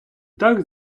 так